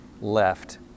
left